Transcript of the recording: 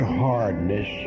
hardness